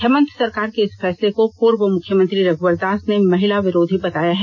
हेमंत सरकार के इस फैसले को पूर्व मुख्यमंत्री रघुवर दास ने महिला विरोधी बताया हैं